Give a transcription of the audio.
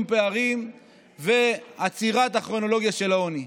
פערים ועצירת הכרונולוגיה של העוני.